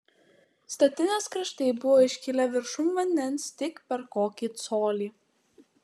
statinės kraštai buvo iškilę viršum vandens tik per kokį colį